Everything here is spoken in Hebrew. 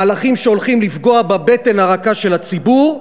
מהלכים שהולכים לפגוע בבטן הרכה של הציבור,